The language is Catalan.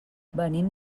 venim